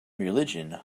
religion